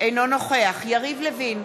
אינו נוכח יריב לוין,